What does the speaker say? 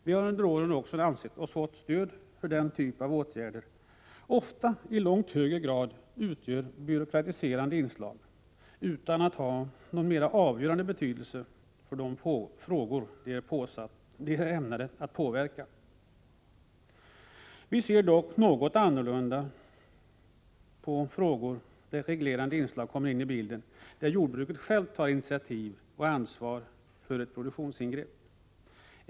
Vi har under åren också fått stöd för uppfattningen att den typen av åtgärder ofta i långt högre grad utgör byråkratiserande inslag utan att ha någon avgörande betydelse för de frågor de är ämnade att påverka. Vi ser dock något annorlunda på reglerande inslag då jordbruket självt tar initiativ och ansvar för ett produktionsingrepp.